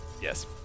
Yes